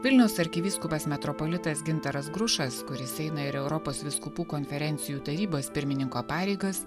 vilniaus arkivyskupas metropolitas gintaras grušas kuris eina ir europos vyskupų konferencijų tarybos pirmininko pareigas